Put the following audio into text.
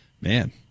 man